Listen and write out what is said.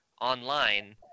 online